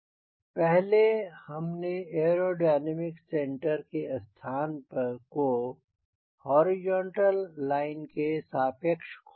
पहले हमने aerodynamic centre के स्थान को हॉरिजॉन्टल लाइन के सापेक्ष खोजा था